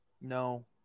No